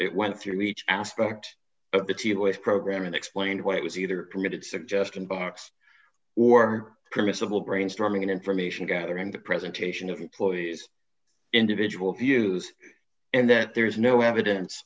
it went through each aspect of it to us program and explain why it was either committed suggestion box or permissible brainstorming information gathering the presentation of employees individual views and that there is no evidence